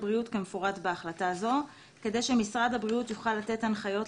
שמטרתה זיהוי נתוני מיקום ונתיבי תנועת